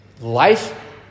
life